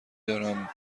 دارم